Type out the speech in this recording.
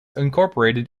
incorporated